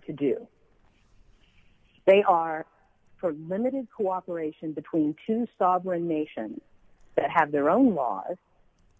to do they are for limited cooperation between two sovereign nations that have their own laws